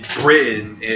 Britain